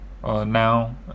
Now